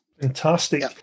Fantastic